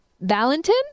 Valentin